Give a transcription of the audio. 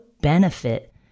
benefit